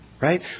right